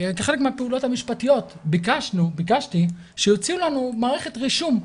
כחלק מהפעולות המשפטיות ביקשתי שיוציאו לנו מערכת רישום.